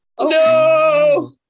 No